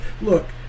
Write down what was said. Look